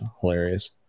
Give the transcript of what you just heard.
hilarious